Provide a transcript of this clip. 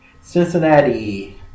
Cincinnati